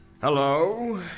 Hello